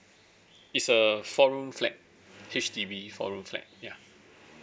it's a four room flat H_D_B four room flat ya